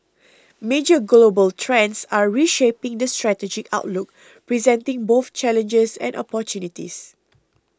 major global trends are reshaping the strategic outlook presenting both challenges and opportunities